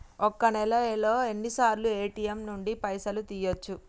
ఒక్క నెలలో ఎన్నిసార్లు ఏ.టి.ఎమ్ నుండి పైసలు తీయచ్చు?